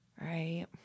Right